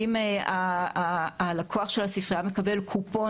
ואם הלקוח של הספרייה מקבל קופון,